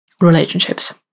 relationships